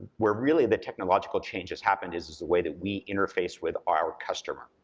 where really the technological change has happened is is the way that we interface with our customer,